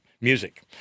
music